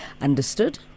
Understood